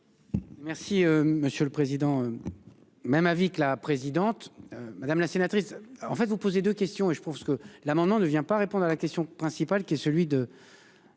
Merci monsieur le président. Même avis que la présidente. Madame la sénatrice. En fait vous poser de question et je pense que l'amendement ne vient pas répondre à la question principale qui est celui de.